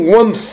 one